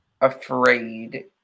afraid